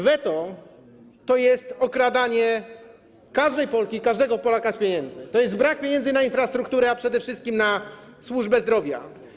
Weto to jest okradanie każdej Polki i każdego Polaka z pieniędzy, to jest brak pieniędzy na infrastrukturę, a przede wszystkim - na służbę zdrowia.